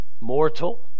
mortal